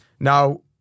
Now